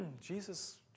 Jesus